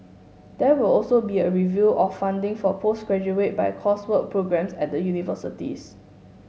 there will also be a review of funding for postgraduate by coursework programmes at the universities